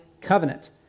covenant